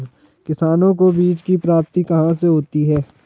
किसानों को बीज की प्राप्ति कहाँ से होती है?